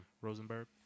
Rosenberg